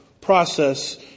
process